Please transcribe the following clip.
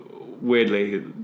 weirdly